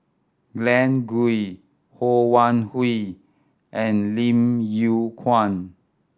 Glen Goei Ho Wan Hui and Lim Yew Kuan